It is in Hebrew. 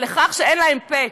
ולכך שאין להן פה,